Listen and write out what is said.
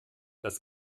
das